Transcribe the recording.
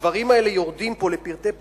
הדברים האלה יורדים פה לפרטי פרטים,